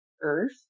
Earth